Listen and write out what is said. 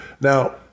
Now